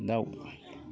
दाउ